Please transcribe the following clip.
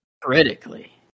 Critically